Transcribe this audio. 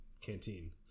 canteen